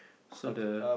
so the